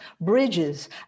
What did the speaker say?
bridges